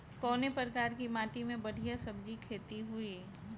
कवने प्रकार की माटी में बढ़िया सब्जी खेती हुई?